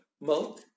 milk